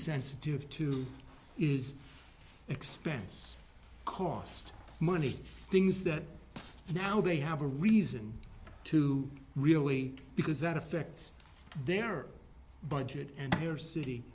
sensitive to is expense cost money things that now they have a reason to really because that affects their budget and their city